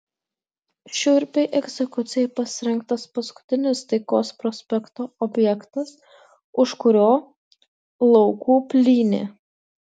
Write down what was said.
šiurpiai egzekucijai pasirinktas paskutinis taikos prospekto objektas už kurio laukų plynė